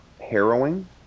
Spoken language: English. harrowing